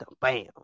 bam